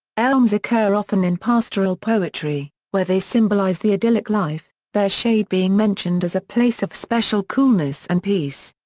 elms occur often in pastoral poetry, where they symbolise the idyllic life, their shade being mentioned as a place of special coolness and peace.